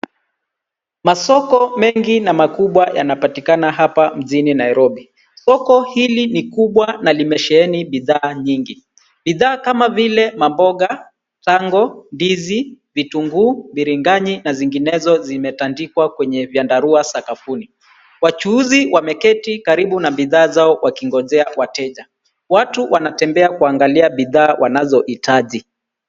Masoko mengi na makubwa yanapatikana hapa mjini Nairobi. Soko hili ni kubwa na limesheheni bidhaa nyingi. Bidhaa kama vile maboga, tango, ndizi vitunguu, biringanya na zinginezo zimetandikwa kwenye vyandarua sakafuni. Wachuuzi wameketi karibu na bidhaa zao wakingojea wateja. Watu wanatembea kuangalia bidhaa wanazohitaji.